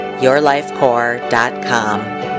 YourLifeCore.com